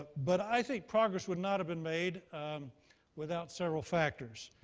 but but i think progress would not have been made without several factors.